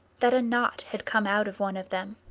that a knot had come out of one of them,